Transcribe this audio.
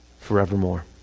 forevermore